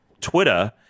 Twitter